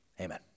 Amen